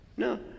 No